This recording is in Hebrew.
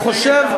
אני חושב,